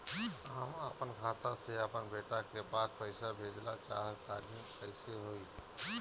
हम आपन खाता से आपन बेटा के पास पईसा भेजल चाह तानि कइसे होई?